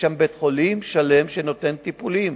שנותן טיפולים.